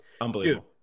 unbelievable